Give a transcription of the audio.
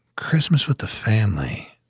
christmas with the family,